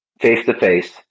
face-to-face